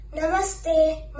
Namaste